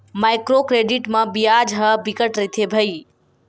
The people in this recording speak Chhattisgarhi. माइक्रो क्रेडिट म बियाज ह बिकट रहिथे भई